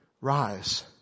Rise